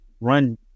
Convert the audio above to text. run